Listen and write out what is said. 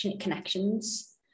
connections